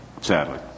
Sadly